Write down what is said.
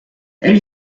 elle